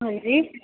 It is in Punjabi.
ਹਾਂਜੀ